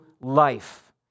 life